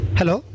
hello